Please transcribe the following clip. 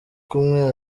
kumwe